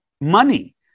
money